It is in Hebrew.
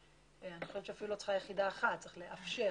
אני חושבת שאפילו לא צריך יחידה אחת, צריך לאפשר.